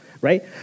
right